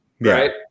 right